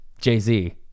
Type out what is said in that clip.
Jay-Z